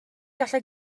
gallu